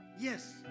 Yes